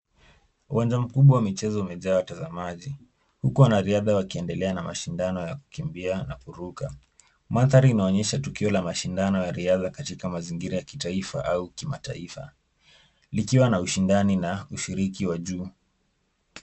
Uwanja mkubwa wa michezo umejaa watazamaji huku wanariadha wakiendelea na mashindano ya kukimbia na kuruka. Mandhari inaonyesha tukio la mashindano ya riadha katika mazingira ya kitaifa au kimataifa likiwa na ushindani na ushiriki wa juu.